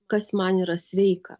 kas man yra sveika